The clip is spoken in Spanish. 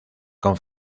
con